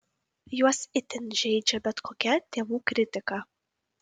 juos itin žeidžia bet kokia tėvų kritika